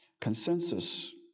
Consensus